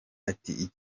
ati